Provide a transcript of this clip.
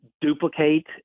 duplicate